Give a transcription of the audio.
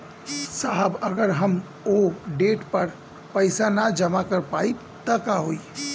साहब अगर हम ओ देट पर पैसाना जमा कर पाइब त का होइ?